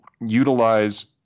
utilize